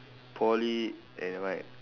Poly eh nevermind